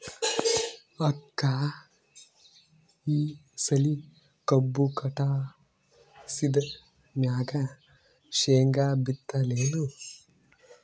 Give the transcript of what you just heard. ಅಕ್ಕ ಈ ಸಲಿ ಕಬ್ಬು ಕಟಾಸಿದ್ ಮ್ಯಾಗ, ಶೇಂಗಾ ಬಿತ್ತಲೇನು?